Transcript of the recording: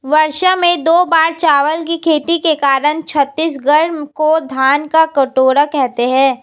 वर्ष में दो बार चावल की खेती के कारण छत्तीसगढ़ को धान का कटोरा कहते हैं